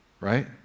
Right